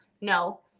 no